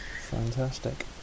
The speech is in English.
Fantastic